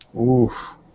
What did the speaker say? Oof